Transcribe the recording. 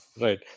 Right